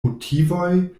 motivoj